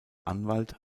anwalt